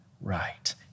right